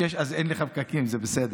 ב-06:00 עוד אין לך פקקים, אז זה בסדר.